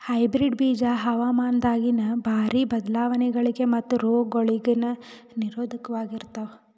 hybrid ಬೀಜ ಹವಾಮಾನದಾಗಿನ ಭಾರಿ ಬದಲಾವಣೆಗಳಿಗ ಮತ್ತು ರೋಗಗಳಿಗ ನಿರೋಧಕವಾಗಿರುತ್ತವ